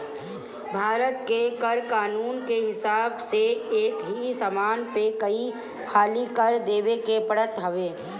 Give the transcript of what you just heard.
भारत के कर कानून के हिसाब से एकही समान पे कई हाली कर देवे के पड़त हवे